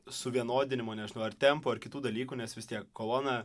suvienodinimo nežinau ar tempo ar kitų dalykų nes vis tiek kolona